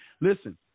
Listen